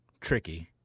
tricky